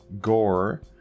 Gore